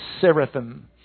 seraphim